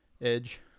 edge